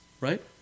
Right